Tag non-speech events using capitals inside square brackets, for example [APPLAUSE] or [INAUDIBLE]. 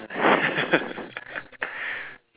[LAUGHS]